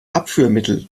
abführmittel